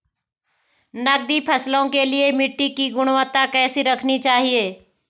नकदी फसलों के लिए मिट्टी की गुणवत्ता कैसी रखनी चाहिए?